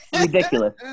ridiculous